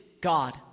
God